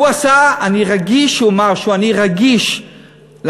הוא עשה, אני רגיש, הוא אמר, אני רגיש לעניים,